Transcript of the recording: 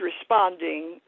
responding